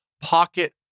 Pocket